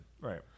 Right